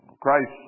Christ